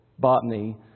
botany